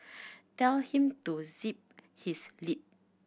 tell him to zip his lip